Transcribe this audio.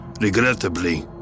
Regrettably